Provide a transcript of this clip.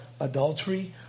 adultery